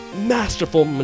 masterful